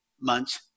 months